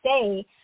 say